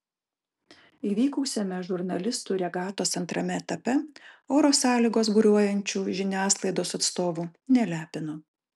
įvykusiame žurnalistų regatos antrame etape oro sąlygos buriuojančių žiniasklaidos atstovų nelepino